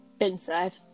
Inside